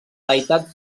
deïtat